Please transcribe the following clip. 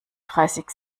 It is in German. dreißig